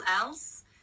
else